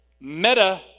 meta